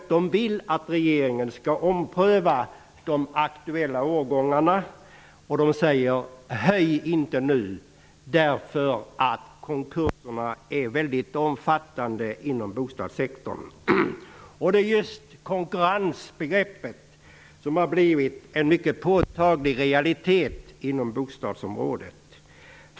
Man vill att regeringen omprövar de aktuella årgångarna, och man säger: Höj inte nu, eftersom konkurserna inom bostadssektorn är väldigt omfattande. Just konkurrensbegreppet har blivit en mycket påtaglig realitet på bostadsområdet.